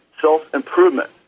self-improvement